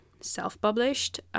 self-published